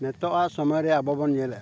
ᱱᱤᱛᱳᱜᱟᱜ ᱥᱚᱢᱚᱭ ᱨᱮ ᱟᱵᱚ ᱵᱚᱱ ᱧᱮᱞᱮᱜᱼᱟ